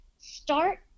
Start